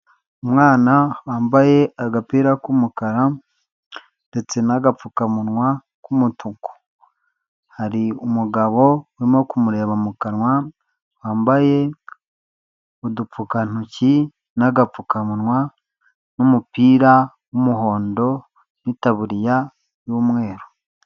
Umwana wambaye agapira k'umukara ndetse na'agapfukamunwa k'umutuku hari umugabo urimo kumureba mu kanwa wambaye udupfukantoki n'agapfukamunwa n'umupira w'umuhondo n'itaburiya y'umweru.